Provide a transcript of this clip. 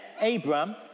Abraham